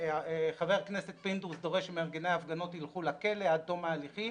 חבר הכנסת פינדרוס דורש שמארגני ההפגנות ילכו לכלא עד תום ההליכים.